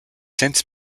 since